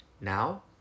Now